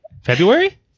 february